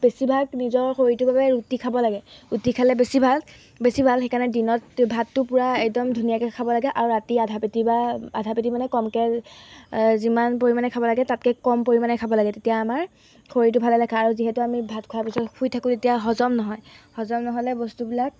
বেছিভাগ নিজৰ শৰীৰটোৰ বাবে ৰুটি খাব লাগে ৰুটি খালে বেছি ভাল বেছি ভাল সেইকাৰণে দিনত ভাতটো পুৰা একদম ধুনীয়াকৈ খাব লাগে আৰু ৰাতি আধা পেটি বা আধা পেটি মানে কমকৈ যিমান পৰিমাণে খাব লাগে তাতকৈ কম পৰিমাণে খাব লাগে তেতিয়া আমাৰ শৰীৰটো ভালে দেখা আৰু যিহেতু আমি ভাত খোৱাৰ পিছত শুই থাকোঁ তেতিয়া হজম নহয় হজম নহ'লে বস্তুবিলাক